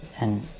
and.